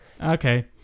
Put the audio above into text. Okay